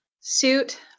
suit